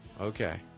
Okay